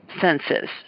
senses